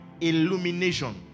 illumination